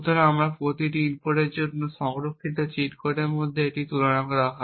সুতরাং প্রতিটি ইনপুটের জন্য সংরক্ষিত চিট কোডের মধ্যে একটি তুলনা করা হয়